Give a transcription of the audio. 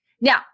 Now